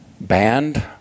band